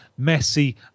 Messi